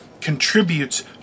contributes